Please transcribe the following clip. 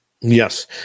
Yes